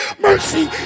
mercy